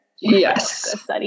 Yes